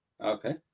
Okay